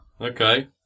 Okay